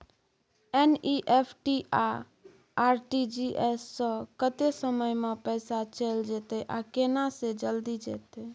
NEFT आ RTGS स कत्ते समय म पैसा चैल जेतै आ केना से जल्दी जेतै?